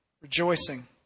rejoicing